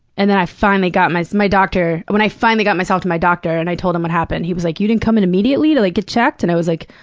and then i finally got my my doctor when i finally got myself to my doctor and i told him what happened he was like, you didn't come in immediately to, like, get checked? and i was like,